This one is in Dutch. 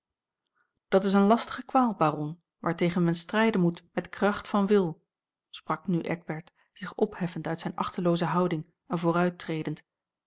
dat is een lastige kwaal baron waartegen men strijden moet met kracht van wil sprak nu eckbert zich opheffend uit zijne achtelooze houding en vooruittredend